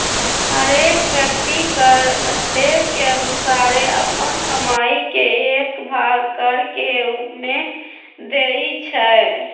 हरेक व्यक्ति कर स्लैब के अनुसारे अप्पन कमाइ के एक भाग कर के रूप में देँइ छै